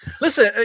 Listen